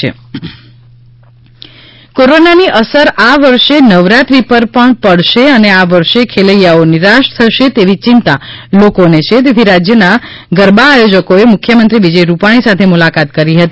ગરબા આયોજક કોરોનાની અસર આ વર્ષે નવરાત્રી પર પણ પડશે અને આ વર્ષે ખૈલેયાઓ નિરાશ થશે તેવી ચિંતા લોકોને છે તેથી રાજ્યના ગરબા આયોજકોએ મુખ્યમંત્રી વિજય રૂપાણી સાથે મુલાકાત કરી હતી